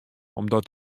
omdat